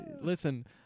Listen